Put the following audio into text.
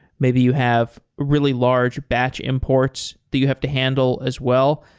maybe you have really large batch imports that you have to handle as well.